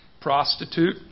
prostitute